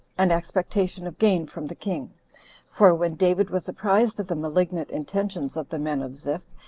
and expectation of gain from the king for when david was apprized of the malignant intentions of the men of ziph,